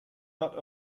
not